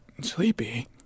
sleepy